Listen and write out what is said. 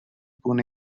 pune